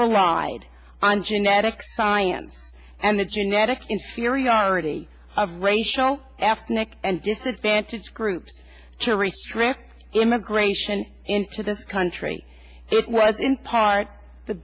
relied on genetic science and the genetic inferiority of racial afte neck and disadvantaged groups to restrict immigration into this country it was in part the